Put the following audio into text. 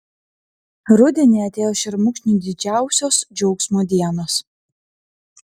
rudenį atėjo šermukšniui didžiausios džiaugsmo dienos